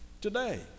today